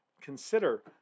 consider